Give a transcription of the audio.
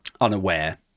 unaware